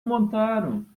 montaram